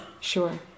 sure